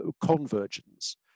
convergence